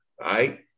right